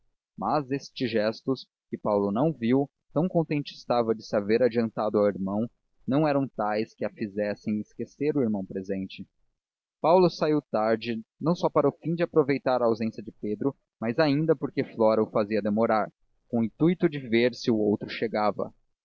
mas estes gestos que paulo não viu tão contente estava de se haver adiantado ao irmão não eram tais que a fizessem esquecer o irmão presente paulo saiu tarde não só para o fim de aproveitar a ausência de pedro mas ainda porque flora o fazia demorar com o intuito de ver se o outro chegava